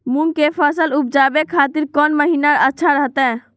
मूंग के फसल उवजावे खातिर कौन महीना अच्छा रहतय?